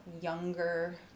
younger